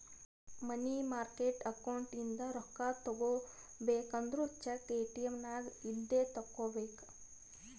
ಮನಿ market account ಇಂದ ರೊಕ್ಕಾ ತಗೋಬೇಕು ಅಂದುರ್ ಚೆಕ್, ಎ.ಟಿ.ಎಮ್ ನಾಗ್ ಇಂದೆ ತೆಕ್ಕೋಬೇಕ್